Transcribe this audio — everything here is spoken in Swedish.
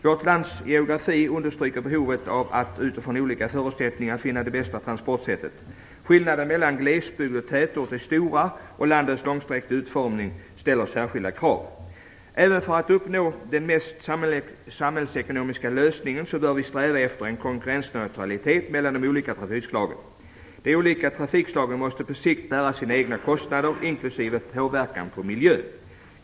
Vårt lands geografi understryker behovet av att utifrån olika förutsättningar finna det bästa transportsättet. Skillnaderna mellan glesbygd och tätort är stora, och landets vidsträckta utformning ställer särskilda krav. Även för att uppnå den mest samhällsekonomiska lösningen bör vi sträva efter en konkurrensneutralitet mellan de olika trafikslagen. De olika trafikslagen måste på sikt bära sina egna kostnader, inklusive påverkan på miljön.